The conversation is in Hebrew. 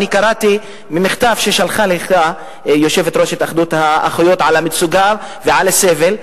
אני קראתי ממכתב ששלחה לך יושבת-ראש התאחדות האחיות על המצוקה ועל הסבל,